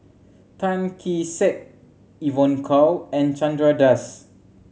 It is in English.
Tan Kee Sek Evon Kow and Chandra Das